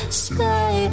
sky